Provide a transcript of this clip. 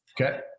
Okay